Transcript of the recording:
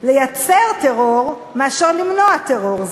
לייצר טרור מאשר למנוע טרור,